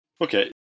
Okay